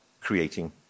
creating